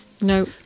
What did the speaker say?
No